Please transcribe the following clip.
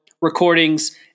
recordings